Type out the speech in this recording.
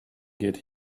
get